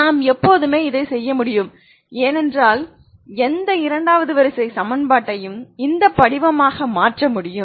நான் எப்போதுமே இதைச் செய்ய முடியும் ஏனென்றால் எந்த இரண்டாவது வரிசை சமன்பாட்டையும் இந்த படிவமாக மாற்ற முடியும்